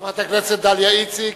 חברת הכנסת דליה איציק,